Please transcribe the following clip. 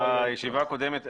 בישיבה הקודמת,